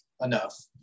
enough